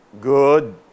Good